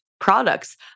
products